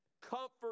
comfort